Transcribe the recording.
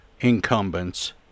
incumbents